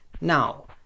now